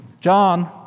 John